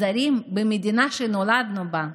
זרים במדינה שנולדנו בה.